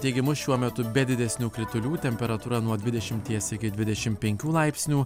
teigimu šiuo metu be didesnių kritulių temperatūra nuo dvidešimies iki dvidešim penkių laipsnių